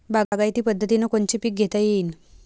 बागायती पद्धतीनं कोनचे पीक घेता येईन?